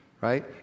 Right